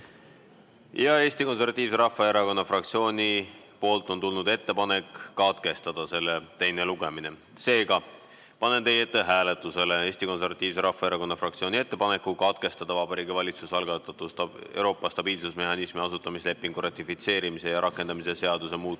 Eesti Konservatiivse Rahvaerakonna fraktsioonilt on tulnud ettepanek katkestada selle teine lugemine. Seega panen teie ette hääletusele Eesti Konservatiivse Rahvaerakonna fraktsiooni ettepaneku katkestada Vabariigi Valitsuse algatatud Euroopa stabiilsusmehhanismi asutamislepingu ratifitseerimise ja rakendamise seaduse muutmise